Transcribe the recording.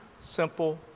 simple